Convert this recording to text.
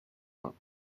not